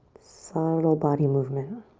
subtle body movement.